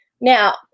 Now